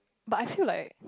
but I feel like